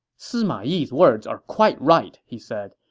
sima yi's words are quite right, he said.